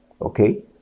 Okay